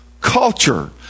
culture